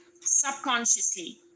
subconsciously